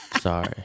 Sorry